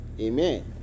Amen